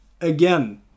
again